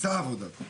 עשה עבודה טובה.